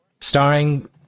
starring